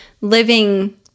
living